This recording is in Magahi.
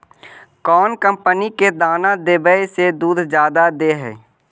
कौन कंपनी के दाना देबए से दुध जादा दे है?